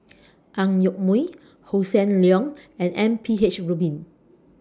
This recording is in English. Ang Yoke Mooi Hossan Leong and M P H Rubin